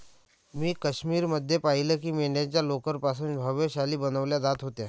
मी काश्मीर मध्ये पाहिलं की मेंढ्यांच्या लोकर पासून भव्य शाली बनवल्या जात होत्या